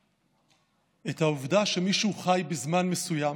"את העובדה שמישהו חי בזמן מסוים,